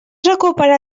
recuperar